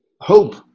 hope